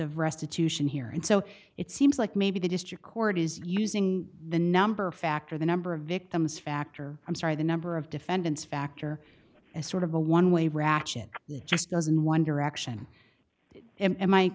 of restitution here and so it seems like maybe the district court is using the number factor the number of victims factor i'm sorry the number of defendants factor as sort of a one way reaction just doesn't one direction and